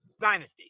dynasty